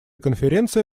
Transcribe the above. конференция